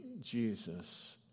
Jesus